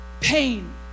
Pain